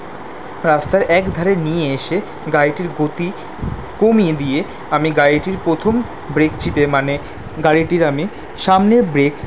রাস্তায় একধারে নিয়ে এসে গাড়িটির গতি কমিয়ে দিয়ে আমি গাড়িটির পোথম ব্রেক চিপে মানে গাড়িটির আমি সামনের ব্রেক